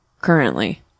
currently